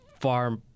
far